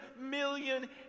million